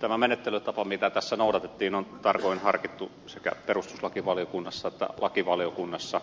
tämä menettelytapa mitä tässä noudatettiin on tarkoin harkittu sekä perustuslakivaliokunnassa että lakivaliokunnassa